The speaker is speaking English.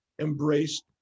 embraced